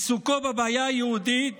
עיסוקו בבעיה היהודית